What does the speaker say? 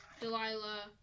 Delilah